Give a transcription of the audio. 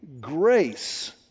grace